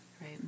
Right